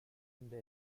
the